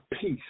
peace